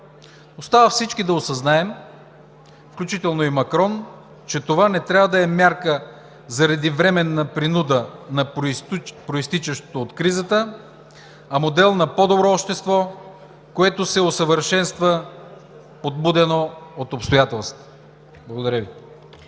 Остава всички да осъзнаем, включително и Макрон, че това не трябва да е мярка, заради временна принуда на произтичащото от кризата, а модел на по-добро общество, което се усъвършенства, подбудено от обстоятелствата. Благодаря Ви.